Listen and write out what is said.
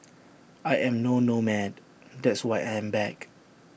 I am no nomad that's why I am back